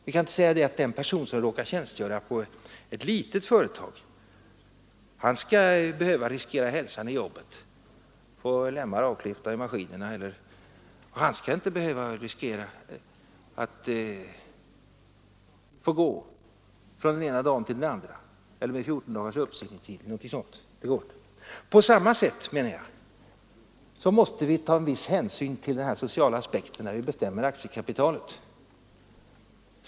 Vi kan inte säga att en person som råkar tjänstgöra på ett litet företag skall behöva riskera hälsan i jobbet, få lemmar avklippta i maskiner, han skall inte behöva riskera att få gå från den ena dagen till den andra eller med 14 dagars uppsägningstid, det går inte. På samma sätt, menar jag, måste vi ta en viss hänsyn till den sociala aspekten när vi bestämmer aktiekapitalets storlek.